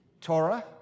Torah